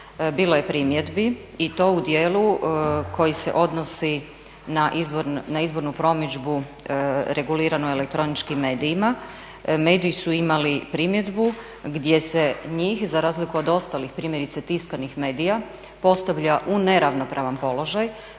bilo je primjedbi i to u dijelu koji se odnosi na izbornu promidžbu reguliranu elektroničkim medijima. Mediji su imali primjedbu gdje se njih, za razliku od ostalih primjerice tiskanih medija, postavlja u neravnopravan položaj.